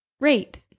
rate